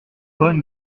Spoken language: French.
von